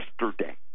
yesterday